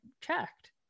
checked